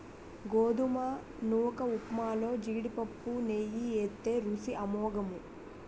గోధుమ నూకఉప్మాలో జీడిపప్పు నెయ్యి ఏత్తే రుసి అమోఘము